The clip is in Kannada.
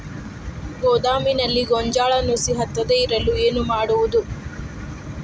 ಗೋದಾಮಿನಲ್ಲಿ ಗೋಂಜಾಳ ನುಸಿ ಹತ್ತದೇ ಇರಲು ಏನು ಮಾಡುವುದು?